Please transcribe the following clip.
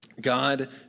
God